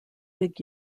big